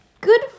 good